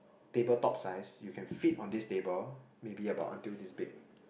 table top size you can fit on this table maybe about until this big